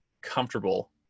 comfortable